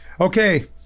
okay